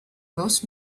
most